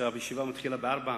שהישיבה מתחילה ב-16:00.